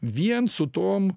vien su tom